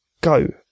go